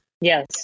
Yes